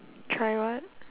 try what